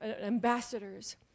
ambassadors